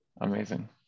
Amazing